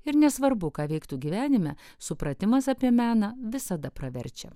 ir nesvarbu ką veiktų gyvenime supratimas apie meną visada praverčia